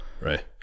right